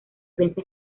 prensa